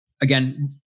again